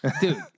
dude